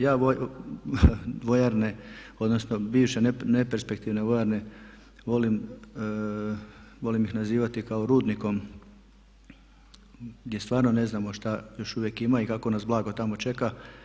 Ja vojarne odnosno bivše neperspektivne vojarne volim nazivati kao rudnikom gdje stvarno ne znamo što još uvijek ima i kakvo nas blago tamo čeka.